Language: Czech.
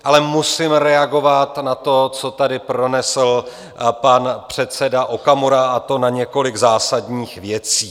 Ale musím reagovat na to, co tady pronesl pan předseda Okamura, a to na několik zásadních věcí.